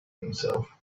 himself